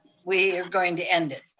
we are going to end it.